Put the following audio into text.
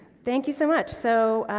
thank you so much. so,